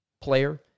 player